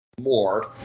more